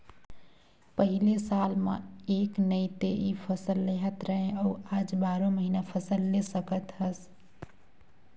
पहिले साल म एक नइ ते इ फसल लेहत रहें अउ आज बारो महिना फसल ले सकत हस